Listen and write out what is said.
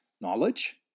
knowledge